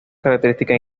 característica